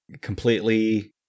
completely